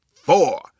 four